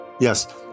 Yes